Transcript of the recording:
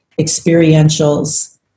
experientials